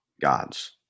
God's